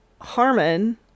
Harmon